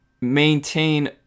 maintain